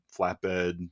flatbed